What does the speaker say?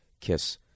kiss